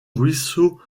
ruisseau